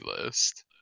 list